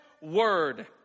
word